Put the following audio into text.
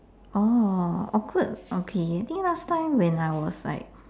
orh awkward okay I think last time when I was like